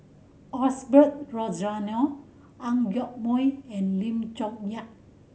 Osbert Rozario Ang Yoke Mooi and Lim Chong Yah